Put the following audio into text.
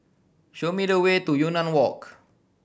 show me the way to Yunnan Walk